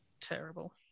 terrible